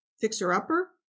fixer-upper